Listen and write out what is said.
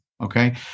Okay